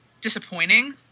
disappointing